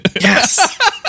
Yes